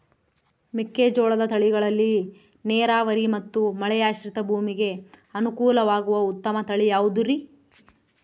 ಮೆಕ್ಕೆಜೋಳದ ತಳಿಗಳಲ್ಲಿ ನೇರಾವರಿ ಮತ್ತು ಮಳೆಯಾಶ್ರಿತ ಭೂಮಿಗೆ ಅನುಕೂಲವಾಗುವ ಉತ್ತಮ ತಳಿ ಯಾವುದುರಿ?